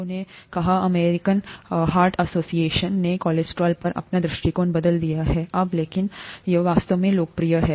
लोगों ने कहा अमेरिकन हार्ट एसोसिएशन नेकोलेस्ट्रॉल पर अपना दृष्टिकोण बदल दिया है अब लेकिन यह वैसे भी लोकप्रिय है